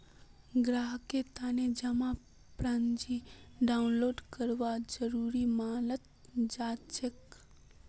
ग्राहकेर तने जमा पर्ची डाउनलोड करवा जरूरी मनाल जाछेक